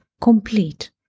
Complete